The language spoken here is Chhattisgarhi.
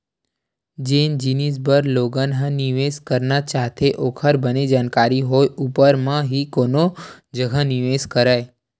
जेन जिनिस बर लोगन ह निवेस करना चाहथे ओखर बने जानकारी होय ऊपर म ही कोनो जघा निवेस करय